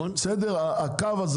הקו הזה,